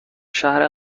شهر